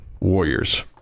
Warriors